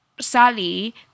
Sally